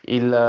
il